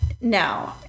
no